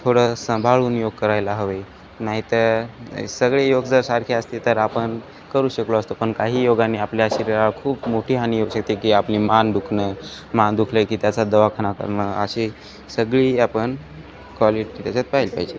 थोडं सांभाळून योग करायला हवे नाहीतर सगळे योग जर सारखे असते तर आपण करू शकलो असतो पण काही योगानी आपल्या शरीरावर खूप मोठी हानी येऊ शकते की आपली मान दुखणं मान दुखलं की त्याचा दवाखाना करणं अशी सगळी आपण क्वालिटी त्याच्यात पाहायला पाहिजे